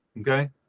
Okay